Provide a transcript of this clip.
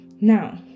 Now